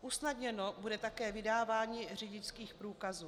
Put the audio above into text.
Usnadněno bude také vydávání řidičských průkazů.